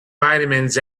vitamins